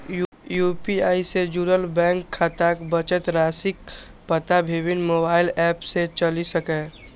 UPI सं जुड़ल bank खाताक बचत राशिक पता विभिन्न मोबाइल एप सं चलि सकैए